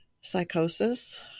psychosis